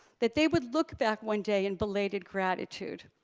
that they would look back one day in belated gratitude.